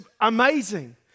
amazing